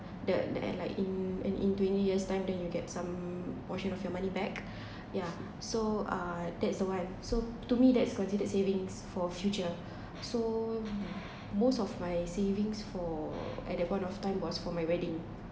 the the end like in and in twenty years time then you get some portion of your money back yeah so uh that's the one so to me that's considered savings for future so most of my savings for at that point of time was for my wedding